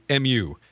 MU